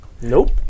Nope